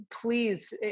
Please